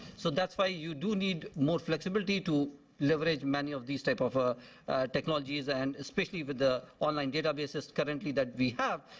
so that's why you do need more flexibility to leverage many of these types of ah technologies, and especially with the online databases currently that we have,